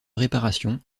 réparations